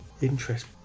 interest